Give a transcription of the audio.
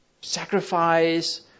sacrifice